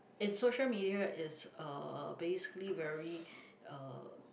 and social media is uh basically very uh